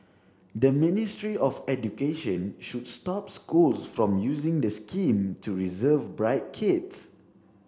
the Ministry of Education should stop schools from using the scheme to reserve bright kids